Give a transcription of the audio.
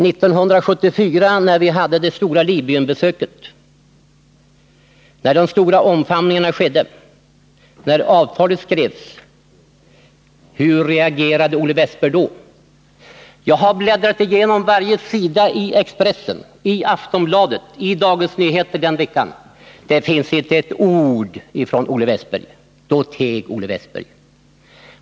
1974, när vi hade det stora Libyenbesöket, när de stora omfamningarna skedde, när avtalet skrevs — hur reagerade Olle Wästberg då? Jag har bläddrat igenom varje sida i Expressen, i Aftonbladet och i Dagens Nyheter för den aktuella veckan. Där finns inte ett ord från Olle Wästberg. Då teg Olle Wästberg.